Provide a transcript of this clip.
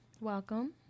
Welcome